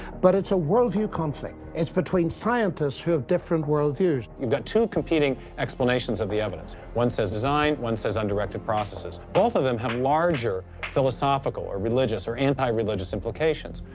but it's a worldview conflict. it's between scientists who have different worldviews. you've got two competing explanations of the evidence. one says design one says undirected processes. both of them have larger philosophical or religious or anti-religious implications.